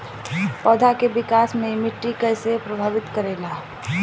पौधा के विकास मे मिट्टी कइसे प्रभावित करेला?